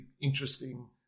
interesting